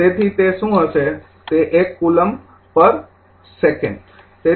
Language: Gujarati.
તેથી તે શું હશે તે ૧ કુલમ્બ પર સેકંડ